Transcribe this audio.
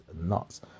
nuts